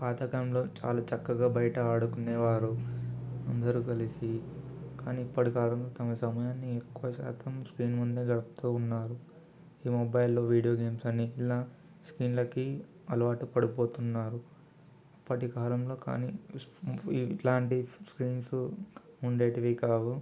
పాతకాలంలో చాలా చక్కగా బయట ఆడుకునేవారు అందరు కలిసి కానీ ఇప్పటి కాలంలో తమ సమయాన్ని ఎక్కువశాతం స్క్రీన్ ముందే గడుపుతు ఉన్నారు ఈ మొబైల్లో వీడియో గేమ్స్ అని ఇలా స్క్రీన్లకి అలవాటు పడిపోతున్నారు అప్పటికాలంలో కానీ ఫ్ ఇలాంటి ఫ్ స్క్రీన్స్ ఉండేవి కావు